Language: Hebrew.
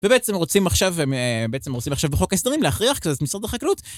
ובעצם עושים עכשיו בחוק ההסדרים להכריח את המשרד החקלאות...